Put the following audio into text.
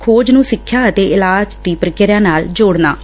ਖੋਜ ਨੂੰ ਸਿੱਖਿਆ ਅਤੇ ਇਲਾਜ ਦੀ ਪ੍ਕਿਰਿਆ ਨਾਲ ਜੋੜਨਾ ਏ